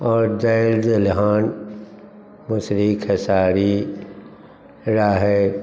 आओर दालि दलिहन मौसरी खेसारी राहड़ि